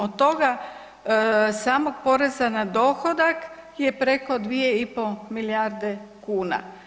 Od toga samog poreza na dohodak je preko 2 i pol milijarde kuna.